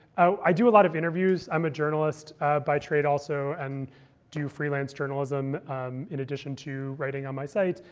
i do a lot of interviews. i'm a journalist by trade, also, and do freelance journalism in addition to writing on my site.